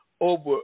over